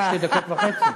שתי דקות וחצי.